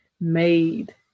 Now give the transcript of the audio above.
made